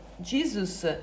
Jesus